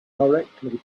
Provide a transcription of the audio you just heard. directly